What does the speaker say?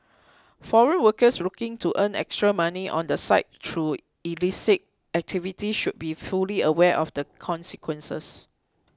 foreign workers looking to earn extra money on the side through illicit activities should be fully aware of the consequences